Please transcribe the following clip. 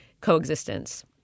coexistence